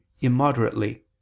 immoderately